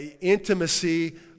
intimacy